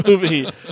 movie